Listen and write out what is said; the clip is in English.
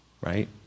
Right